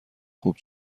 خوب